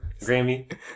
Grammy